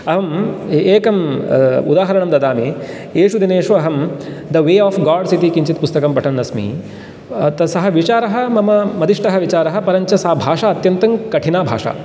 अहं एकं उदाहरणं ददामि एषु दिनेषु अहं द वे आफ़् गाड्स् इति किञ्चित् पुस्तकं पठन्नस्मि सः विचारः मम मदिष्टः विचारः परञ्च सा भाषा अत्यन्तङ्कठिना भाषा